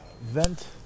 vent